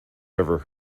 ever